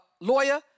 lawyer